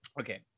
Okay